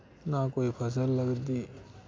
ना कोई फसल लगदी